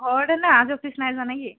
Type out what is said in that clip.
অঁ তেন্তে আজি অফিচ নাই যোৱা নে কি